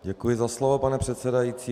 Děkuji za slovo, pane předsedající.